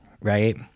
right